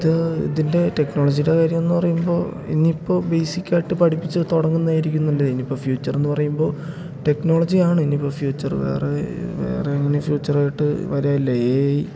ഇത് ഇതിൻ്റെ ടെക്നോളജിയുടെ കാര്യമെന്ന് പറയുമ്പോള് ഇന്നിപ്പോള് ബേസിക്കായിട്ട് പഠിപ്പിച്ച് തുടങ്ങുന്നതായിരിക്കുകയൊന്നുമല്ല ഇനിയിപ്പോള് ഫ്യൂച്ചറെന്ന് പറയുമ്പോള് ടെക്നോളജിയാണ് ഇനിയിപ്പോള് ഫ്യൂച്ചര് വേറെ വേറെയങ്ങനെ ഫ്യൂച്ചറായിട്ട് വരികയല്ലെ എ ഐ